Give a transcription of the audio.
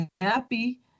happy